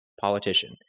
politician